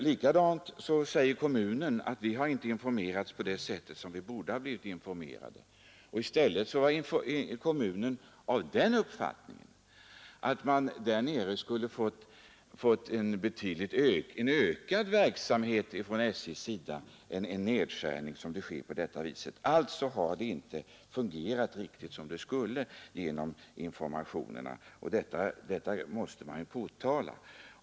Likaså säger man från kommunen att man inte har informerats på det sätt som borde ha skett. I stället hade kommunen den uppfattningen att SJ skulle utöka verksamheten där nere och inte skära ner den på detta vis. Alltså har kommunikationerna inte fungerat riktigt som de skulle, och detta måste man påtala.